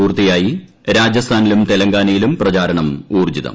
പൂർത്തിയായി രാജസ്ഥാനിലും തെലങ്കാനയിലും പ്രചാരണം ഊർജിതം